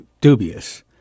dubious